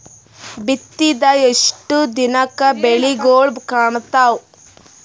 ಬಿತ್ತಿದ ಎಷ್ಟು ದಿನಕ ಬೆಳಿಗೋಳ ಕಾಣತಾವ?